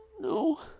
No